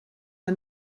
der